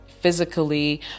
physically